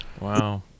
Wow